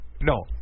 No